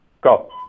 go